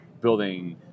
building